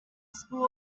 school